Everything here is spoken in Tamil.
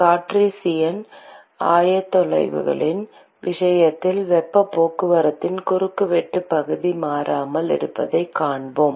கார்ட்டீசியன் ஆயத்தொலைவுகளின் விஷயத்தில் வெப்பப் போக்குவரத்தின் குறுக்குவெட்டுப் பகுதி மாறாமல் இருப்பதைக் காண்போம்